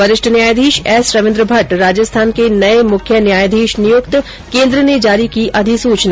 वरिष्ठ न्यायाधीश एस रविन्द्र भट्ट राजस्थान के नये मुख्य न्यायाधीश नियुक्त केन्द्र ने जारी की अधिसूचना